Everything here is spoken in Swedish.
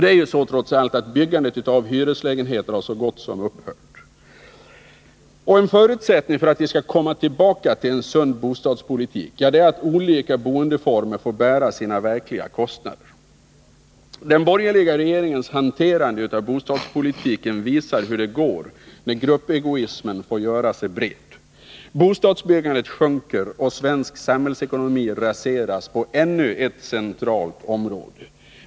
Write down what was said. Det är trots allt så att byggandet av hyreslägenheter så gott som helt har upphört. En förutsättning för att vi skall kunna komma tillbaka till en sund bostadspolitik är att olika boendeformer själva får bära sina verkliga kostnader. Den borgerliga regeringens hanterande av bostadspolitiken visar hur det går när gruppegoismen får göra sig bred. Bostadsbyggandet sjunker, och svensk samhällsekonomi raseras på ännu ett centralt område.